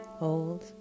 hold